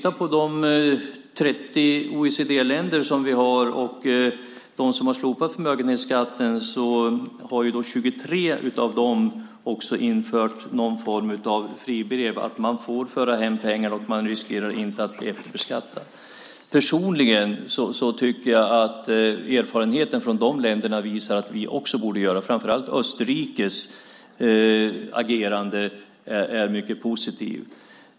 Av de 30 OECD-länder som har slopat förmögenhetsskatten har 23 utfärdat någon form av fribrev så att man får föra hem pengar utan att riskera att bli efterbeskattad. Personligen tycker jag att erfarenheter från de länderna visar att vi också borde göra det. Framför allt är Österrikes agerande mycket positivt.